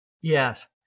Yes